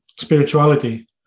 spirituality